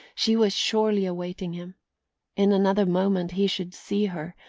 she was surely awaiting him in another moment he should see her,